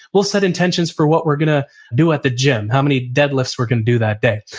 we'll set intentions for what we're going to do at the gym, how many dead lifts we're going to do that day.